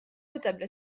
notables